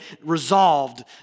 resolved